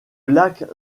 lac